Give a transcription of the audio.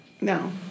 No